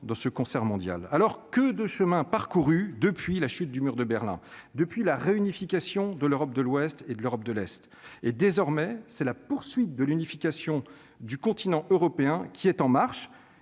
de ce concert mondial alors que de chemin parcouru depuis la chute du mur de Berlin depuis la réunification de l'Europe de l'Ouest et de l'Europe de l'Est et désormais, c'est la poursuite de l'unification du continent européen qui est en marche,